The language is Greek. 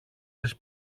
της